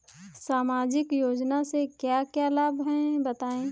सामाजिक योजना से क्या क्या लाभ हैं बताएँ?